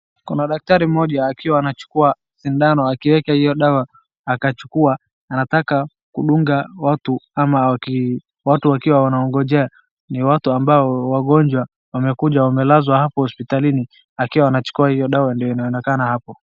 Kuna daktari mmoja kiwa anachukua sindano akiweka hiyo dawa akichukua anataka kudunga watu ama watu wakiwa wanaongojea ni watu ambao wagonjwa wamekuja wamelazwa hapo hosiptalini wakiwa wanachukua hiyo dawa ndo inaonekana hapo.